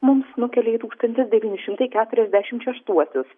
mums nukelia į tūkstantis devyni šimtai keturiasdešimt šeštuosius